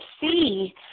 see